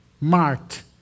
marked